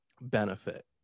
benefit